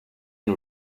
jen